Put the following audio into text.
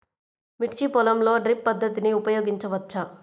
మిర్చి పొలంలో డ్రిప్ పద్ధతిని ఉపయోగించవచ్చా?